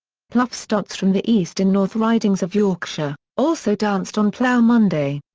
ploughstots from the east and north ridings of yorkshire, also danced on plough monday.